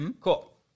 cool